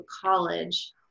college